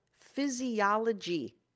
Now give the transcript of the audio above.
physiology